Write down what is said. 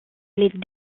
les